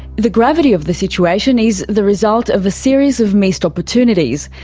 the gravity of the situation is the result of a series of missed opportunities,